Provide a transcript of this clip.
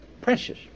Precious